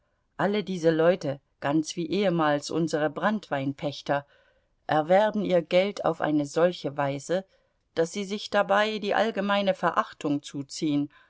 alle diese leute ganz wie ehemals unsere branntweinpächter erwerben ihr geld auf eine solche weise daß sie sich dabei die allgemeine verachtung zuziehen